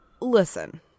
listen